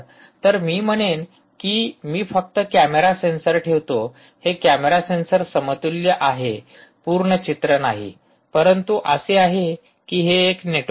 तर मी म्हणेन की मी फक्त कॅमेरा सेन्सर ठेवतो हे कॅमेरा सेन्सर समतुल्य आहे हे पूर्ण चित्र नाही परंतु असे आहे की हे एक नेटवर्क आहे